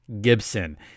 Gibson